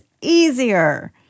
easier